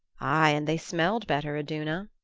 aye, and they smelled better, iduna.